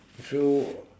so